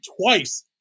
twice